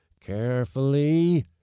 Carefully